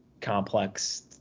complex